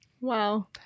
Wow